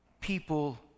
people